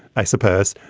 i suppose.